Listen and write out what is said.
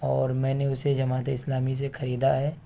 اور میں نے اسے جماعتِ اسلامی سے خریدا ہے